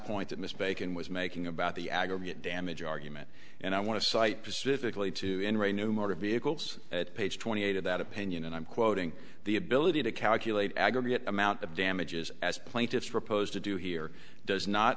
bacon was making about the aggregate damage argument and i want to cite pacifically to enter a new motor vehicles at page twenty eight of that opinion and i'm quoting the ability to calculate aggregate amount of damages as plaintiffs reposed to do here does not